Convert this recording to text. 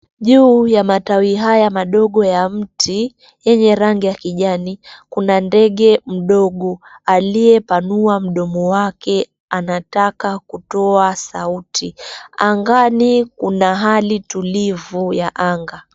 Juu ya matawi haya madogo ya mti yenye rangi ya kijani, kuna ndege mdogo aliyepanua mdomo wake anataka kutoa sauti. Angani kuna hali tulivu ya anga.